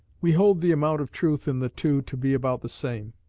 we hold the amount of truth in the two to be about the same.